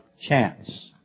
Chance